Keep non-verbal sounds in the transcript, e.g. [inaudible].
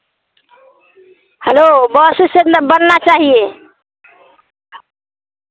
hello bus से [unintelligible] चाहिए